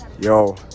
Yo